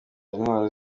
intwaro